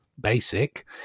basic